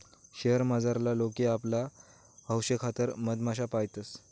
शयेर मझारला लोके आपला हौशेखातर मधमाश्या पायतंस